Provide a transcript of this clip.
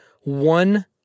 One